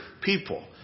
people